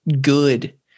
good